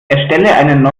erstelle